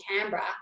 Canberra